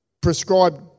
prescribed